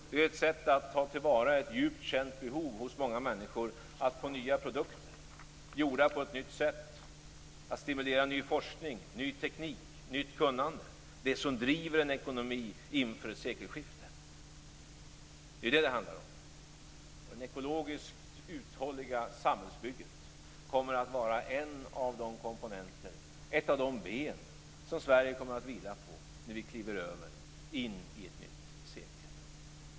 Det är ett sätt att ta till vara ett djupt känt behov hos många människor att få nya produkter gjorda på ett nytt sätt, stimulera ny forskning, ny teknik, nytt kunnande - det som driver en ekonomi inför ett sekelskifte. Det är det det handlar om. Det ekologiskt uthålliga samhällsbygget kommer att vara ett av de ben som Sverige kommer att vila på när vi kliver över in i ett nytt sekel.